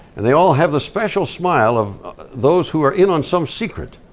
and they all have the special smile of those who are in on some secret.